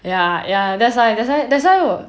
ya ya that's why that's why that's why 我